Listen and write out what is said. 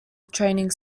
training